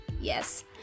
yes